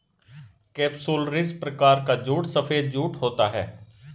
capsularis प्रकार का jute सफेद जूट होता है